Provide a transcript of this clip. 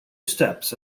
steps